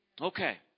Okay